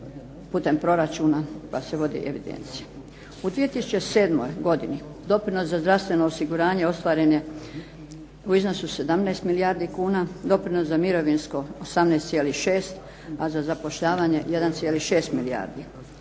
putem proračuna pa se vodi evidencija. U 2007. godini, doprinos za zdravstveno osiguranje ostvaren je u iznosu 17 milijardi kuna, doprinos za mirovinsko 18,6, a za zapošljavanje 1,6 milijardi.